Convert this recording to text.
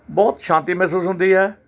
ਬਹੁਤ ਸ਼ਾਂਤੀ ਮਹਿਸੂਸ ਹੁੰਦੀ ਹੈ